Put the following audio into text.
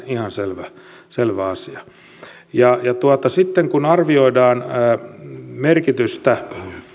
ihan selvä selvä asia ja sitten kun arvioidaan merkitystä